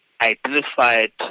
identified